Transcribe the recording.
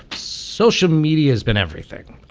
social media has been everything